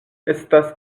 estas